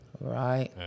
Right